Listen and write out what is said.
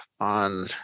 on